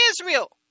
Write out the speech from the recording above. Israel